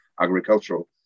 agricultural